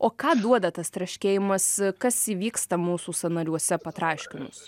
o ką duoda tas traškėjimas kas įvyksta mūsų sąnariuose patraškinus